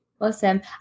Awesome